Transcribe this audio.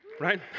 right